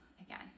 again